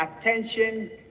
attention